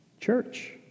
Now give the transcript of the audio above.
church